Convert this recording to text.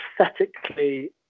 aesthetically